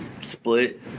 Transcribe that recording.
split